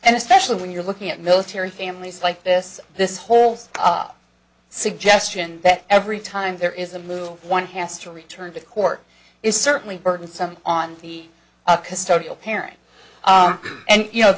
and especially when you're looking at military families like this this holds up suggestion that every time there is a move one has to return to court is certainly burton something on the a custodial parent and you know